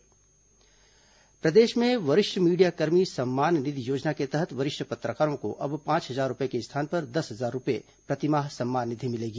वरिष्ठ मीडियाकर्मी सम्मान निधि प्रदेश में वरिष्ठ मीडियाकर्मी सम्मान निधि योजना के तहत वरिष्ठ पत्रकारों को अब पांच हजार रूपये के स्थान पर दस हजार रूपये प्रतिमाह सम्मान निधि मिलेगी